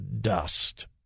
dust